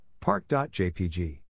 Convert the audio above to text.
Park.jpg